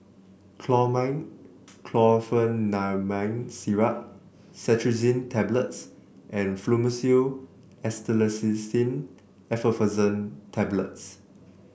Chlormine Chlorpheniramine Syrup Cetirizine Tablets and Fluimucil Acetylcysteine Effervescent Tablets